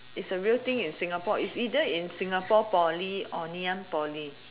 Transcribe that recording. is a real thing in singapore is either in singapore poly or ngee-ann poly